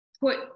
put